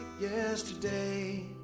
yesterday